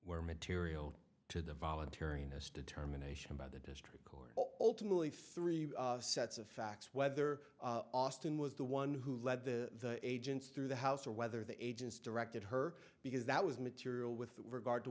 were material to the voluntariness determination by the district court ultimately three sets of facts whether austin was the one who led the agents through the house or whether the agents directed her because that was material with regard to